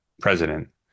president